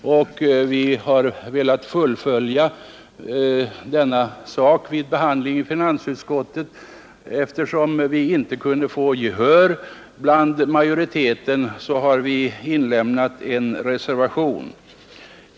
Vi har velat fullfölja denna sak vid behandlingen i finansutskottet, och eftersom vi inte kunde få gehör bland majoriteten har vi avgivit en reservation.